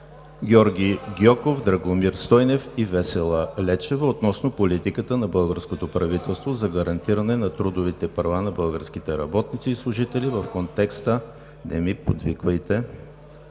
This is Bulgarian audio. Георги Гьоков, Драгомир Стойнев и Весела Лечева относно политиката на българското правителство за гарантиране на трудовите права на българските работници и служители в контекста… (Реплики от